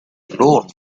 loan